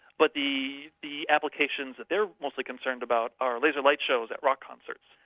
but the the applications that they're mostly concerned about are laser light shows at rock concerts,